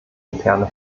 interne